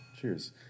cheers